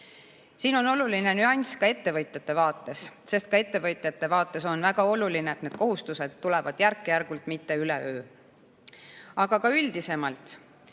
Siin on oluline nüanss ka ettevõtjate vaates, sest ka ettevõtjatele on väga oluline, et need kohustused tulevad järk-järgult, mitte üleöö. Aga ka üldisemalt.